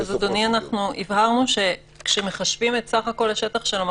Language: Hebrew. ככל האפשר באופן